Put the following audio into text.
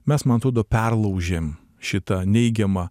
mes man atrodo perlaužėm šitą neigiamą